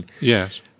yes